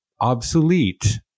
obsolete